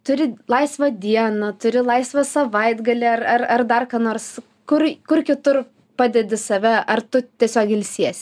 turi laisvą dieną turi laisvą savaitgalį ar ar ar dar ką nors kur kur kitur padedi save ar tu tiesiog ilsiesi